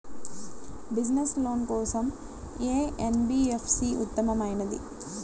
Business loan కోసం ఏ NBFC ఉత్తమమైనది?